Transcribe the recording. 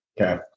Okay